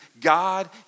God